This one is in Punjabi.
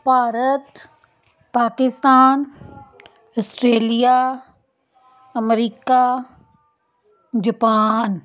Bharat Pakistan Australia America Japan